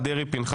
דני דנון,